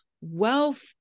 wealth